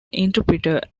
interpreter